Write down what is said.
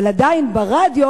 אבל עדיין ברדיו,